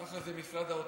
ככה זה משרד האוצר.